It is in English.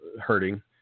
hurting